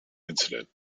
incident